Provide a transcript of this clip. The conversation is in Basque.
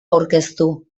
aurkeztu